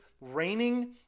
raining